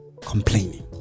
complaining